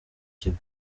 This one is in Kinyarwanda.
kigo